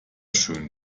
schön